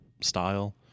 style